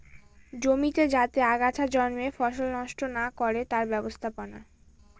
জমিতে যাতে আগাছা জন্মে ফসল নষ্ট না করে তার ব্যবস্থাপনা